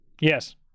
Yes